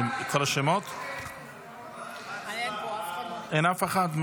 אין אף אחד.